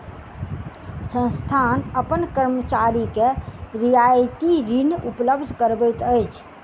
संस्थान अपन कर्मचारी के रियायती ऋण उपलब्ध करबैत अछि